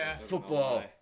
football